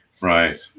Right